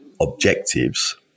objectives